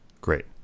Great